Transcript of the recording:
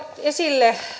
esille